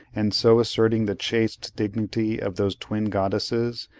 and so asserting the chaste dignity of those twin goddesses,